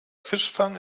fischfang